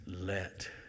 let